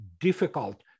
difficult